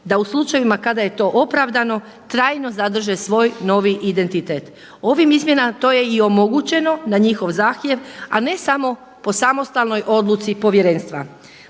da u slučajevima kada je to opravdano trajno zadrže svoj novi identitet. Ovim izmjenama to je i omogućeno na njihov zahtjev a ne samo po samostalnoj odluci povjerenstva.